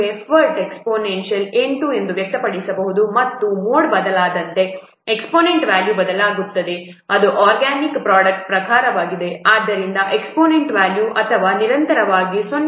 5 e ಎಂದು ವ್ಯಕ್ತಪಡಿಸಬಹುದು ಮತ್ತು ಮೋಡ್ ಬದಲಾದಂತೆ ಎಕ್ಸ್ಪೋನೆಂಟ್ ವ್ಯಾಲ್ಯೂ ಬದಲಾಗುತ್ತದೆ ಇದು ಆರ್ಗ್ಯಾನಿಕ್ ಪ್ರೊಡಕ್ಟ್ನ ಪ್ರಕಾರವಾಗಿದೆ ಆದ್ದರಿಂದ ಎಕ್ಸ್ಪೋನೆಂಟ್ ವ್ಯಾಲ್ಯೂ ಅಥವಾ ನಿರಂತರವಾಗಿ 0